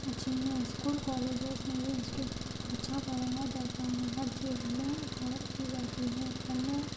اچھے ہیں school colleges میں اچھا پڑھایا جاتا ہے ہر چیز میں غور کی جاتی ہے پڑھنے